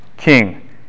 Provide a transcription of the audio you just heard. King